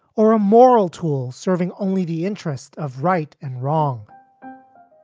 or a moral tool serving only the interests of right and wrong